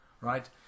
right